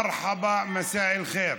מרחבא, מסא אל-ח'יר.